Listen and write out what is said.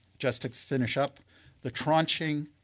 just to finish up the tranching,